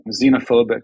xenophobic